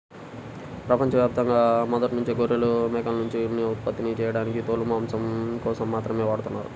ప్రపంచ యాప్తంగా మొదట్నుంచే గొర్రెలు, మేకల్నుంచి ఉన్ని ఉత్పత్తి చేయడానికి తోలు, మాంసం కోసం మాత్రమే వాడతన్నారు